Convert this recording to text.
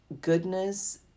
goodness